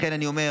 לכן אני אומר,